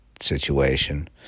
situation